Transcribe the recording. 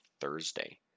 Thursday